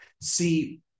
See